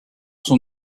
sont